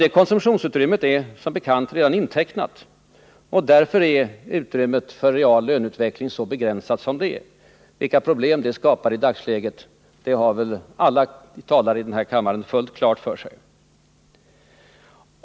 Det konsumtionsutrymmet är, som bekant, redan intecknat. Därför är utrymmet för reallöneutveckling så begränsat som det är. Vilka problem det skapar i dagsläget har väl alla talare i den här kammaren fullt klart för sig.